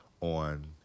on